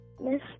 miss